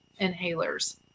inhalers